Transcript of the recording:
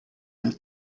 nel